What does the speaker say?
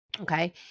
Okay